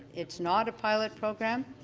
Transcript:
it's not a pilot program,